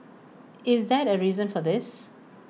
is that A reason for this